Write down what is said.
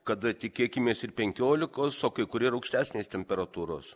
kada tikėkimės ir penkiolikos o kai kur ir aukštesnės temperatūros